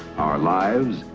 our lives,